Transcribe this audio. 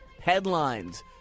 headlines